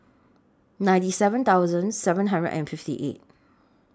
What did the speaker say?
ninety seven thousand seven hundred and fifty eight